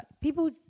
people